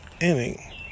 inning